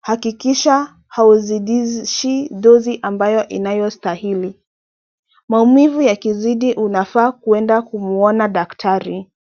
hakikisha hauzidishi dozi ambayo inayostahili. Maumivu yakizidi unafaa kuenda kumuona daktari .